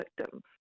victims